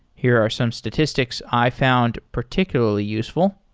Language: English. here are some statistics i found particularly useful.